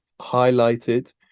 highlighted